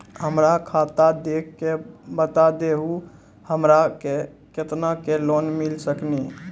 हमरा खाता देख के बता देहु हमरा के केतना के लोन मिल सकनी?